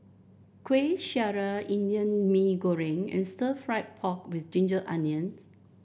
Kuih Syara Indian Mee Goreng and Stir Fried Pork with Ginger Onions